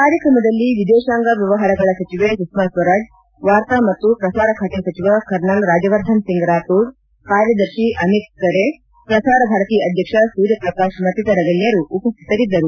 ಕಾರ್ಯಕ್ರಮದಲ್ಲಿ ವಿದೇತಾಂಗ ವ್ಯವಹಾರಗಳ ಸಚಿವೆ ಸುಷ್ಮಾ ಸ್ವರಾಜ್ ವಾರ್ತಾ ಮತ್ತು ಪ್ರಸಾರ ಬಾತೆ ಸಚಿವ ಕರ್ನಲ್ ರಾಜ್ಯವರ್ಧನ್ ಸಿಂಗ್ ರಾಥೋಡ್ ಕಾರ್ಯದರ್ಶಿ ಅಮಿತ್ ಕರೆ ಪ್ರಸಾರ ಭಾರತಿ ಅಧ್ಯಕ್ಷ ಸೂರ್ಯಪ್ರಕಾಶ್ ಮತ್ತಿತರ ಗಣ್ಣರು ಉಪಸ್ಥಿತರಿದ್ದರು